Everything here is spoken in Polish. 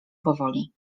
powoli